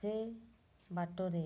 ସେ ବାଟରେ